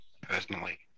personally